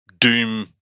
Doom